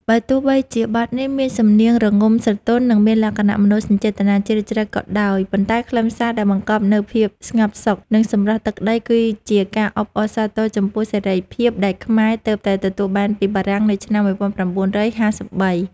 បើទោះបីជាបទនេះមានសំនៀងរងំស្រទន់ និងមានលក្ខណៈមនោសញ្ចេតនាជ្រាលជ្រៅក៏ដោយ ប៉ុន្តែខ្លឹមសារដែលបង្កប់នូវភាពស្ងប់សុខ និងសម្រស់ទឹកដី គឺជាការអបអរសាទរចំពោះសេរីភាពដែលខ្មែរទើបតែទទួលបានពីបារាំងនៅឆ្នាំ ១៩៥៣។